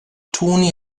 toni